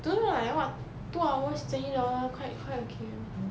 don't know like what two hours twenty dollars quit~ quite okay